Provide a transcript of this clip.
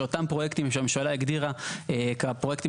שאותם פרויקטים שהממשלה הגדירה כפרויקטים